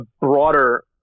broader